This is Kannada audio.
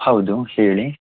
ಹೌದು ಹೇಳಿ